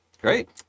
great